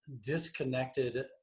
disconnected